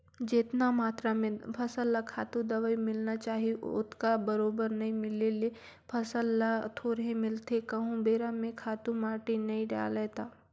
जेतना मातरा में फसल ल खातू, दवई मिलना चाही ओतका बरोबर नइ मिले ले फसल ल थोरहें मिलथे कहूं बेरा म खातू माटी नइ डलय ता